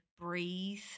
breathe